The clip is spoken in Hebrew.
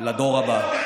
לדור הבא.